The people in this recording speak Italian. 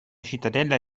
cittadella